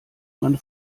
man